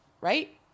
right